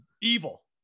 evil